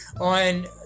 on